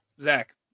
Zach